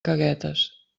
caguetes